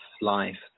life